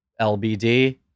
LBD